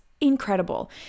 Incredible